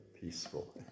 peaceful